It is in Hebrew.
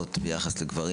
עובדות מול גברים,